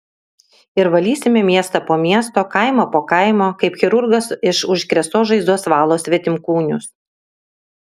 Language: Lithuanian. ir valysime miestą po miesto kaimą po kaimo kaip chirurgas iš užkrėstos žaizdos valo svetimkūnius